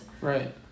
Right